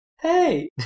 hey